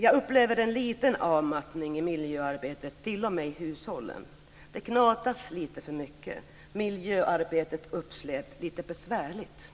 Jag upplever en liten avmattning i miljöarbetet, t.o.m. i hushållen. Det gnatas lite för mycket. Miljöarbetet upplevs som lite besvärligt.